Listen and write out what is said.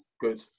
good